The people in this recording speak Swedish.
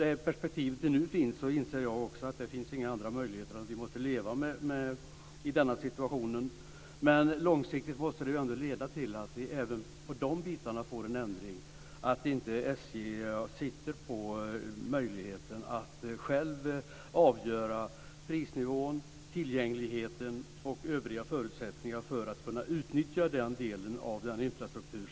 I det perspektiv som nu finns inser jag att det inte finns några andra möjligheter än att vi måste leva med det här. Men även när det gäller dessa bitar måste det bli en ändring på lång sikt, så att inte SJ självt får avgöra prisnivån, tillgängligheten och övriga förutsättningar när det gäller utnyttjandet av den här delen av infrastrukturen.